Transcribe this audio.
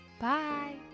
bye